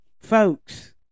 folks